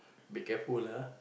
be careful ah